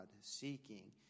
seeking